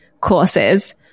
courses